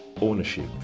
ownership